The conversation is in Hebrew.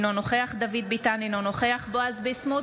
אינו נוכח דוד ביטן, אינו נוכח בועז ביסמוט,